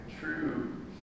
true